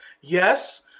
Yes